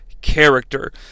character